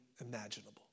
imaginable